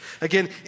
Again